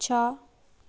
छ